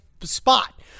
spot